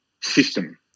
system